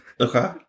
Okay